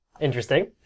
interesting